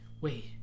wait